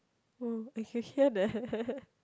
uh if you hear that~